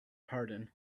pardon